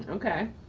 okay.